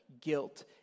guilt